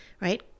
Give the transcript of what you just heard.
right